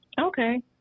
Okay